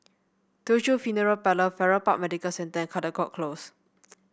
Teochew Funeral Parlour Farrer Park Medical Centre and Caldecott Close